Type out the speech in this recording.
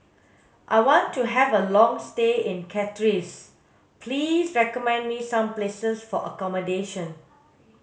I want to have a long stay in Castries please recommend me some places for accommodation